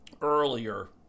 earlier